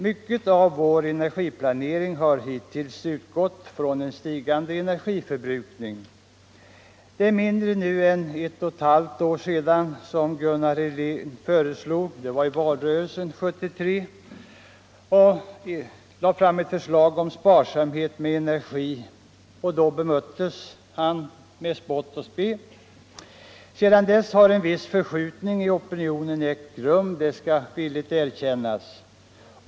Mycket av vår energiplanering har hittills utgått från en stigande energiförbrukning. Det är mindre än ett och ett halvt år sedan som Gunnar Helén — i valrörelsen 1973 — lade fram ett förslag om sparsamhet med energi. Det bemöttes då med spott och spe. Sedan dess har en viss förskjutning i opinionen ägt rum; det skall villigt erkännas.